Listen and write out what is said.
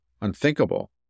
unthinkable